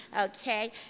Okay